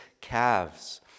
calves